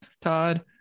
Todd